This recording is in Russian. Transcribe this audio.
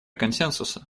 консенсуса